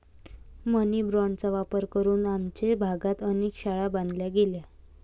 मनी बाँडचा वापर करून आमच्या भागात अनेक शाळा बांधल्या गेल्या